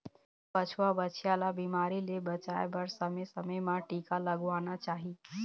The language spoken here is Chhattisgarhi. बछवा, बछिया ल बिमारी ले बचाए बर समे समे म टीका लगवाना चाही